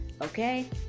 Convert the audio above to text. okay